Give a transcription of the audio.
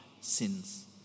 sins